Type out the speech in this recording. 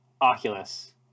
oculus